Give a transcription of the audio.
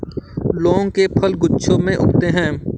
लौंग के फल गुच्छों में उगते हैं